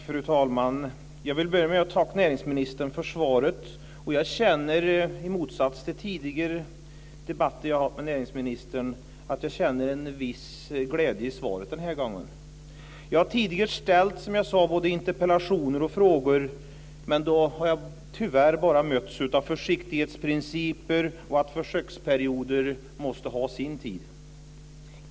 Fru talman! Jag vill börja med att tacka näringsministern för svaret. Jag känner, i motsats till tidigare debatter jag har haft med näringsministern, en viss glädje över svaret den här gången. Jag har tidigare, som jag sade, ställt både frågor och interpellationer men har då tyvärr bara mötts av försiktighetsprinciper och att försöksperioder måste ha sin tid.